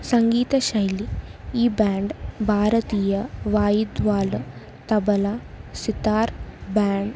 సంగీత శైలి ఈ బ్యాండ్ భారతీయ వాయిద్యాలు తబలా సితార్ బ్యాండ్